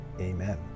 Amen